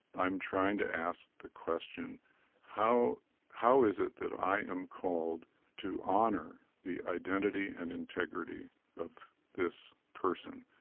i'm trying to ask the question how how is it that i am called to honor the identity and integrity of this person?